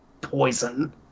poison